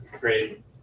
great